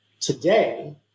Today